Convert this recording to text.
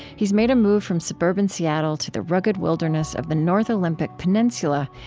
has made a move from suburban seattle to the rugged wilderness of the north olympic peninsula,